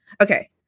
Okay